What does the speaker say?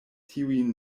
tiujn